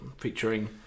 featuring